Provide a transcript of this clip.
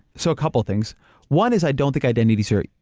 so a couple things one is i don't think identities are.